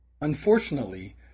Unfortunately